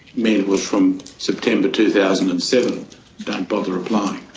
meant was from september two thousand and seven don't bother applying?